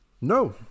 No